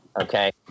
Okay